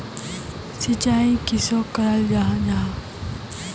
सिंचाई किसोक कराल जाहा जाहा?